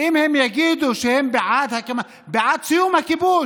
אם הם יגידו שהם בעד סיום הכיבוש.